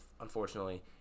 unfortunately